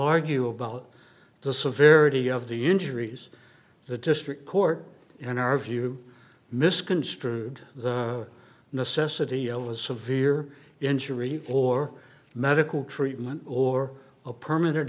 argue about the severity of the injuries the district court in our view misconstrued the necessity of a severe injury or medical treatment or a permanent